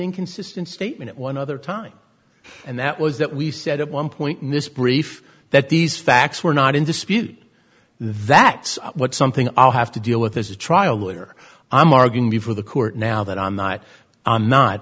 inconsistent statement one other time and that was that we said at one point in this brief that these facts were not in dispute that's what something i'll have to deal with this is a trial lawyer i'm arguing before the court now that i'm not i'm not